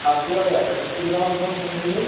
అరకులో ఎక్కడెక్కడ తిరుగుదాము అనుకుంటున్నారండి